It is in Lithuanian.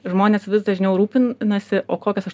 žmonės vis dažniau rūpinasi o kokias aš